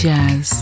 Jazz